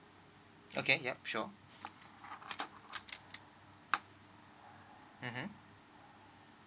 okay yup sure mmhmm